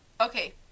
Okay